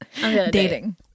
dating